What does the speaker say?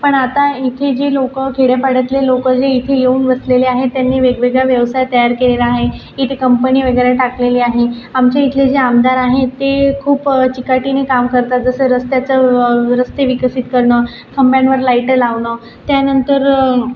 पण आता इथे जे लोक खेडेपाड्यातले लोक जे इथे येऊन वसलेले आहे त्यांनी वेगवेगळा व्यवसाय तयार केलेला आहे इथे कंपनी वगैरे टाकलेली आहे आमचे इथले जे आमदार आहे ते खूप चिकाटीने काम करतात जसं रस्त्याचं रस्ते विकसित करणं खांब्यांवर लाईटे लावणं त्यानंतर